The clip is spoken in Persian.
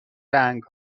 رنگ